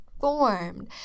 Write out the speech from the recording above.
formed